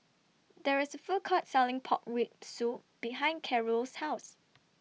There IS A Food Court Selling Pork Rib Soup behind Carole's House